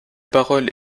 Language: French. paroles